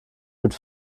mit